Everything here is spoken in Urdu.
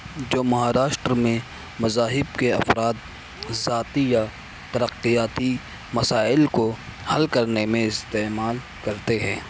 جو مہاراشٹر میں مذاہب کے افراد ذاتی یا ترقیاتی مسائل کو حل کرنے میں استعمال کرتے ہیں